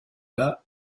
bas